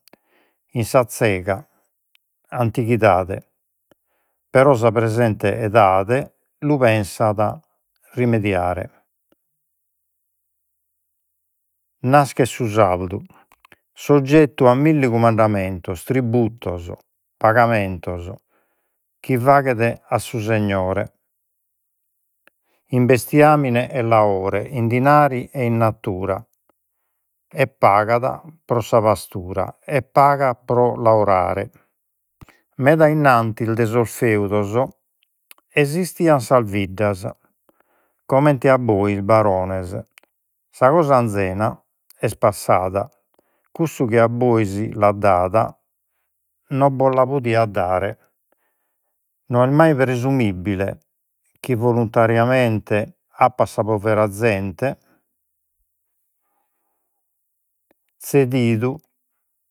In sa zega antichidade, però sa presente edade, lu pensat rimediare naschet su sardu soggettu a milli cumandamentos, tributos, pagamentos chi faghet a su segnore, in bestiamine e in dinari e in natura, e pagat pro sa pastura, e pagat pro laorare. Meda innantis de sos feudos esistian sas biddas, comente a bois, barones, sa cosa anzena est passada. Cuddu chi bos l'hat dada non bos la podiat dare. No est mai presumibile chi volontariamente apat sa povera zente zedidu